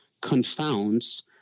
confounds